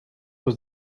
was